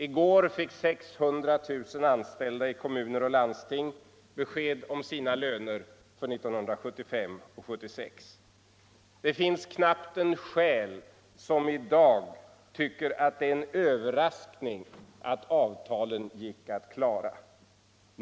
I går fick 600 000 anställda i kommuner och landsting besked om sina löner för 1975 och 1976. Det finns knappt en själ som i dag tycker att det är en överraskning att avtalen gick att klara.